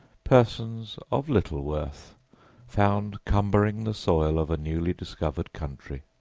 persons of little worth found cumbering the soil of a newly discovered country.